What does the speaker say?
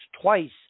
twice